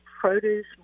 produce